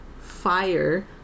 fire